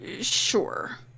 sure